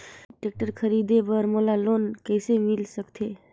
Tractor खरीदे बर मोला लोन कइसे मिल सकथे?